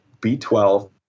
B12